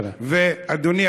אדוני,